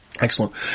Excellent